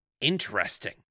interesting